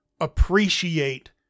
appreciate